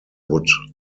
would